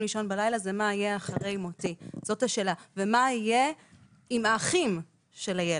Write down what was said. בלילה לישון זה מה יהיה אחרי מותי ומה יהיה עם האחים של הילד,